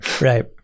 Right